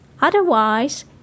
Otherwise